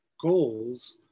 goals